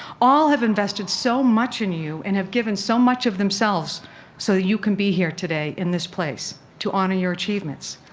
all have invested so much in you and have given so much of themselves so that you can be here today in this place to honor your achievements.